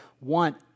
want